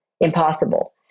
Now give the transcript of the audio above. impossible